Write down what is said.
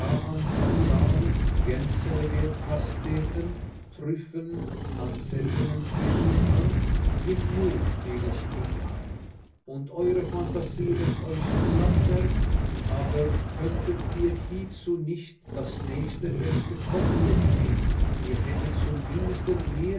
an fasanen gänseleberpasteten trüffeln an seltenen fischen an genug fiel ich ihm ein und eure phantasie läßt euch satt werden aber könntet ihr hiezu nicht das nächste beste kochbuch nehmen ihr hättet zum mindesten mehr